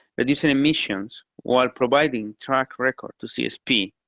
reducing emissions while providing track record to csp,